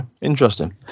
Interesting